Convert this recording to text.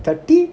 thirty